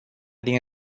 din